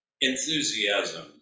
Enthusiasm